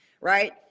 right